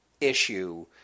issue –